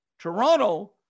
Toronto